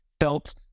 felt